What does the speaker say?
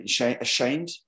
ashamed